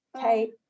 Kate